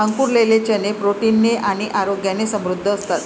अंकुरलेले चणे प्रोटीन ने आणि आरोग्याने समृद्ध असतात